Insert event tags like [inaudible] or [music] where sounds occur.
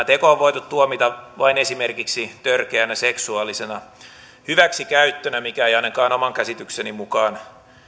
[unintelligible] teko on voitu tuomita vain esimerkiksi törkeänä seksuaalisena hyväksikäyttönä mikä ei ainakaan oman käsitykseni mukaan